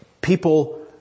people